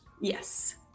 Yes